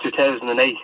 2008